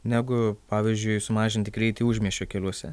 negu pavyzdžiui sumažinti greitį užmiesčio keliuose